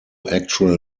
actual